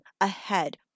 ahead